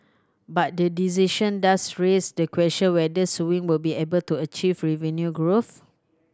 but the decision does raise the question whether Sewing will be able to achieve revenue growth